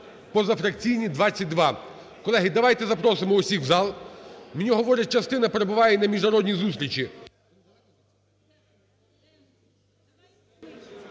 позафракційні – 22. Колеги, давайте запросимо усіх в зал. Мені говорять, частина перебуває на міжнародній зустрічі.